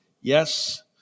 Yes